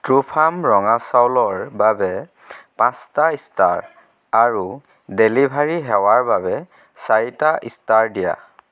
true farm ৰঙা চাউলৰ বাবে পাঁচটা ষ্টাৰ আৰু ডেলিভাৰী সেৱাৰ বাবে চাৰিটা ষ্টাৰ দিয়া